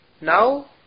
now